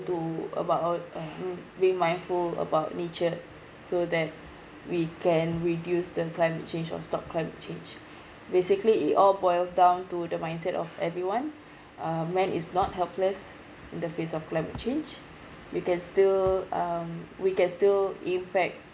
to about um being mindful about nature so that we can reduce the climate change or stop climate change basically it all boils down to the mindset of everyone uh man is not helpless in the face of climate change we can still um we can still impact